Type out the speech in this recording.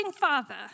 father